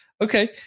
Okay